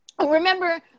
Remember